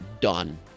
done